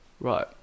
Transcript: right